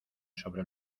sobre